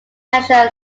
national